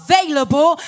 Available